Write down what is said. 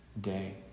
day